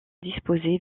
disposées